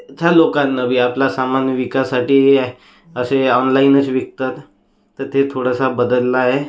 त्या लोकांना बी आपला सामान विकासाठी असे ऑनलाईनच विकतात तर ते थोडासा बदलला आहे